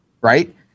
right